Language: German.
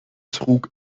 trug